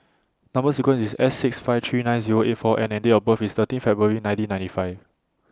Number sequence IS S six five three nine Zero eight four N and Date of birth IS thirteen February nineteen ninety five